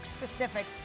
Pacific